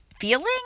feeling